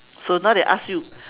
so now they ask you